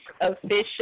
Official